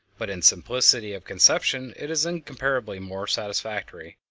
but in simplicity of conception it is incomparably more satisfactory,